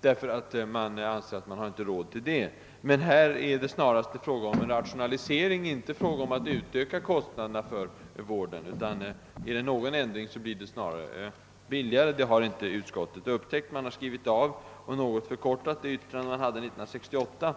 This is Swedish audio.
därför att man inte anser att resurserna räcker. Här gäller det emellertid inte att utöka kostnaderna för vården, utan det är snarast en fråga om rationalisering. Blir det någon ändring i kostnadshänseende, så blir det närmast billigare. Det har emellertid utskottet inte upptäckt, utan man har bara skrivit av och något förkortat sitt utlåtande från 1968.